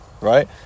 Right